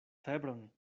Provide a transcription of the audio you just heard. febron